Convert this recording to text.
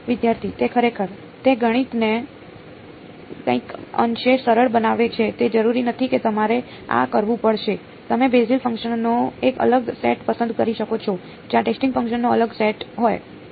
વિદ્યાર્થી તે ખરેખર તે ગણિતને કંઈક અંશે સરળ બનાવે છે તે જરૂરી નથી કે તમારે આ કરવું પડશે તમે બેઝિસ ફંક્શનનો એક અલગ સેટ પસંદ કરી શકો છો જ્યાં ટેસ્ટિંગ ફંક્શનનો અલગ સેટ હોય